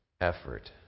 effort